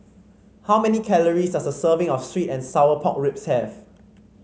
how many calories does a serving of sweet and Sour Pork Ribs have